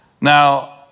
Now